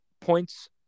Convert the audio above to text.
points